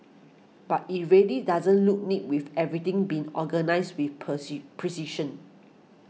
but it really doesn't look neat with everything being organised with precision